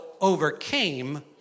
overcame